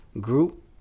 Group